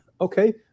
okay